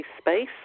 space